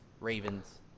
Ravens